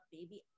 Baby